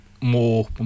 more